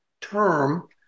term